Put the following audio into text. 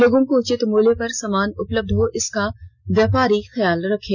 लोगों को उचित मूल्य पर सामान उपलब्ध हो इसका व्यापारी ख्याल रखें